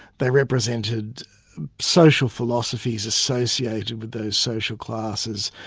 they represented social philosophies associated with those social classes,